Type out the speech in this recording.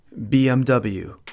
BMW